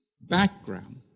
background